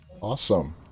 Awesome